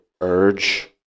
urge